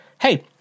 Hey